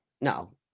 no